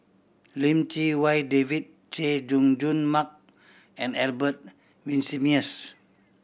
Lim Chee Wai David Chay Jung Jun Mark and Albert Winsemius